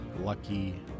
lucky